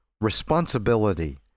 responsibility